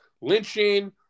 lynching